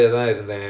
ya